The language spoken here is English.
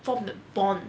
form the bond